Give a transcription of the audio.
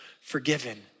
forgiven